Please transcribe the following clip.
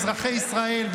אזרחי ישראל,